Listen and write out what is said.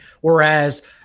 whereas